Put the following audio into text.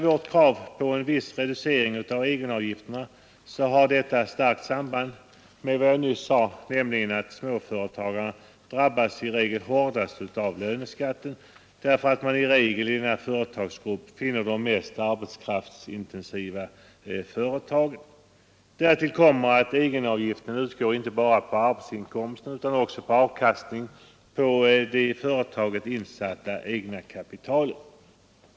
Vårt krav på en viss reducering av avgifterna har starkt samband med vad jag nyss sade, nämligen att småföretagen i regel drabbas hårdast av löneskatten därför att vi i denna företagargrupp ofta finner de mest arbetskraftsintensiva företagen. Därtill kommer att egenavgiften utgår inte bara på arbetsinkomsten utan också på avkastningen på det i företaget insatta egna kapitalet.